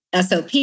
SOP